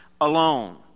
alone